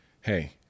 hey